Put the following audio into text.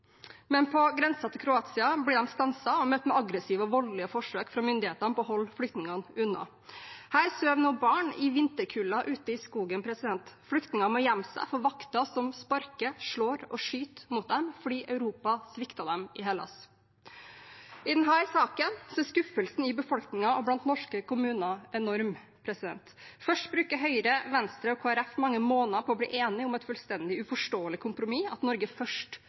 blir de stanset og møtt med aggressive og voldelige forsøk fra myndighetene på å holde flyktningene unna. Her sover nå barn i vinterkulden ute i skogen. Flyktninger må gjemme seg for vakter som sparker, slår og skyter mot dem, fordi Europa svikter dem i Hellas. I denne saken er skuffelsen i befolkningen og blant norske kommuner enorm. Først bruker Høyre, Venstre og Kristelig Folkeparti mange måneder på å bli enige om et fullstendig uforståelig kompromiss – at Norge først